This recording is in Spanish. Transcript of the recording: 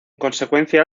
consecuencia